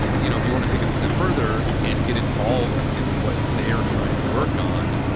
you know, if you want to take it a step further and get involved in what they're trying to work on,